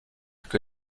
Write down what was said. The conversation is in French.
que